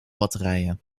batterijen